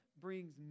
brings